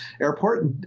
airport